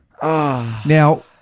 Now